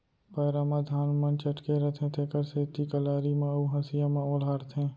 पैरा म धान मन चटके रथें तेकर सेती कलारी म अउ हँसिया म ओलहारथें